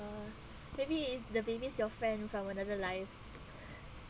uh maybe is the baby's your friend from another life